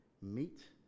meet